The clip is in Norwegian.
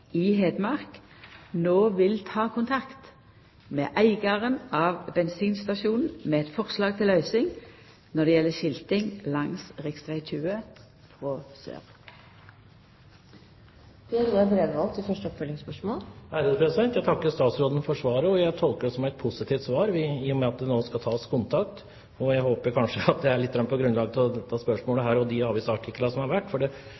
i Hedmark no vil ta kontakt med eigaren av bensinstasjonen med eit forslag til løysing når det gjeld skilting langs rv. 20 frå sør. Jeg takker statsråden for svaret. Jeg tolker det som et positivt svar i og med at det nå skal tas kontakt. Jeg håper at det er litt på grunn av dette spørsmålet og de avisartiklene som har vært. For